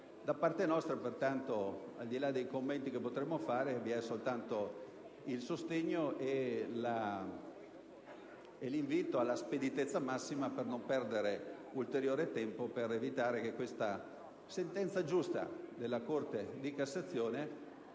Da parte nostra, pertanto, al di là dei commenti che potremmo fare, vi è soltanto il sostegno e l'invito alla speditezza massima per non perdere ulteriore tempo ed evitare che questa giusta sentenza della Corte di cassazione